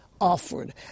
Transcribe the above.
offered